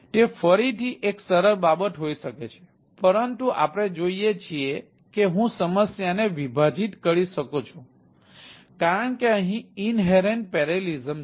તેથી તે ફરીથી એક સરળ બાબત હોઈ શકે છે પરંતુ આપણે જોઈએ છીએ કે હું સમસ્યાને વિભાજિત કરી શકું છું કારણ કે અહીં ઈન્હેરેન્ટ પેરેલાલિઝમ છે